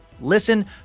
Listen